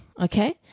okay